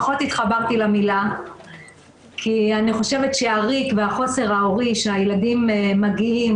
פחות התחברתי למילה כי אני חושבת שהריק והחוסר ההורי שהילדים מגיעים